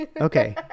Okay